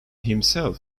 himself